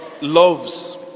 loves